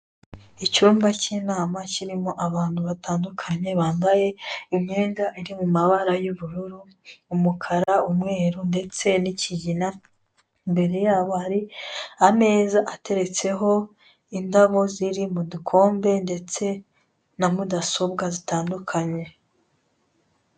Icyumba cy'inama kirimo abantu batandukanye bambaye imyenda iri mu mabara y'ubururu, umukara, umweru ndetse n'ikigina, imbere yabo hari ameza ateretseho indabo ziri mu dukombe ndetse na mudasobwa zitandukanye.